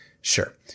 Sure